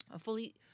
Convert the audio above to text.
Fully